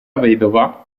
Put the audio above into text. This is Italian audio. vedova